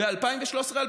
"ב-2013 2014,